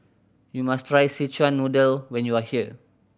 you must try Szechuan Noodle when you are here